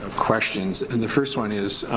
questions, and the first one is